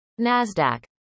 NASDAQ